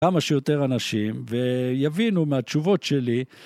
כמה שיותר אנשים, ויבינו מהתשובות שלי.